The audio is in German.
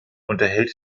unterhält